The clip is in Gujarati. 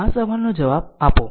આ સવાલનો જવાબ આપો